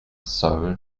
sol